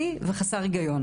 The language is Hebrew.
לא מזמן בכיר בגוף שידור מסחרי,